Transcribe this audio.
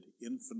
infant